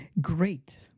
great